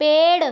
पेड़